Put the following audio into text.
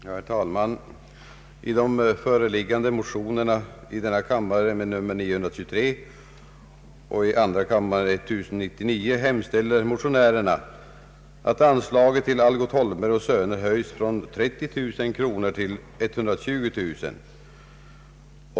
Herr talman! I de föreliggande motionerna I: 923 och II: 1099 hemställer motionärerna att anslaget till Algot Holmberg & söner AB höjs från 30 000 kronor till 120000.